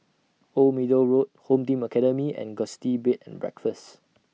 Old Middle Road Home Team Academy and Gusti Bed and Breakfast